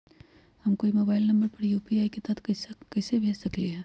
हम कोई के मोबाइल नंबर पर यू.पी.आई के तहत पईसा कईसे भेज सकली ह?